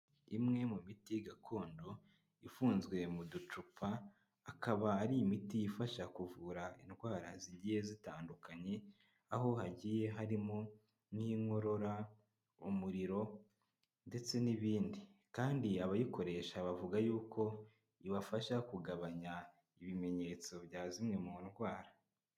Imwe mu miti gakondo ifunzwe mu ducupa akaba ari imiti ifasha kuvura indwara zigiye zitandukanye aho hagiye harimo nk'inkorora, umuriro ndetse n'ibindi, kandi abayikoresha bavuga yuko ibafasha kugabanya ibimenyetso bya zimwe mu ndwara.